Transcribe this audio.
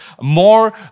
more